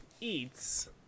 eats